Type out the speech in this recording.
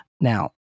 Now